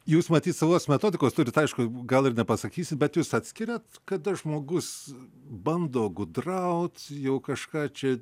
jūs matyt savos metodikos turite aišku gal ir nepasakysiu bet jūs atskiriate kada žmogus bando gudrauti jau kažką čia